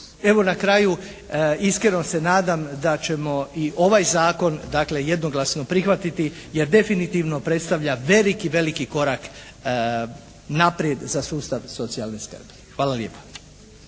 Evo na kraju iskreno se nadam da ćemo i ovaj Zakon dakle jednoglasno prihvatiti jer definitivno predstavlja veliki, veliki korak naprijed za sustav socijalne skrbi. Hvala lijepa.